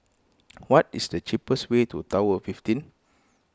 what is the cheapest way to Tower fifteen